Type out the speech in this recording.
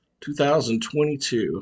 2022